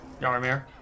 Yarmir